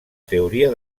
teoria